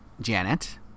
Janet